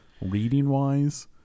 reading-wise